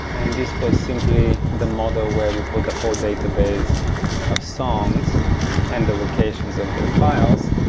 and this was simply the model where you put the whole database of songs and the locations of their files.